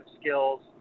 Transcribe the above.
skills